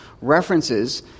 references